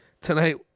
tonight